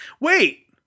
Wait